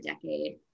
decade